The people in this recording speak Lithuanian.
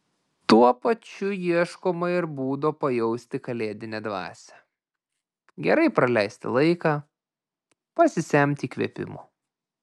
tuo pačiu ieškoma ir būdo pajausti kalėdinę dvasią gerai praleisti laiką pasisemti įkvėpimo